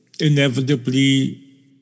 inevitably